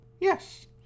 Yes